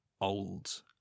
old